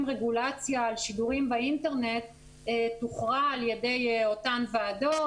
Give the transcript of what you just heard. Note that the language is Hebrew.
רגולציה על שידורים באינטרנט תוכרע על ידי אותן ועדות,